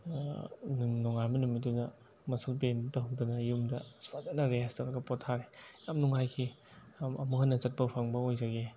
ꯑꯗꯨꯝ ꯅꯣꯉꯥꯟꯕ ꯅꯨꯃꯤꯠꯇꯨꯗ ꯃꯁꯜ ꯄꯦꯟ ꯇꯧꯗꯅ ꯌꯨꯝꯗ ꯐꯖꯅ ꯔꯦꯁ ꯇꯧꯔꯒ ꯄꯣꯊꯥꯔꯦ ꯌꯥꯝ ꯅꯨꯡꯉꯥꯏꯈꯤ ꯑꯃꯨꯛ ꯍꯟꯅ ꯆꯠꯄ ꯐꯪꯕ ꯑꯣꯏꯖꯒꯦ